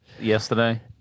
yesterday